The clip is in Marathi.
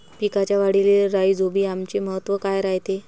पिकाच्या वाढीले राईझोबीआमचे महत्व काय रायते?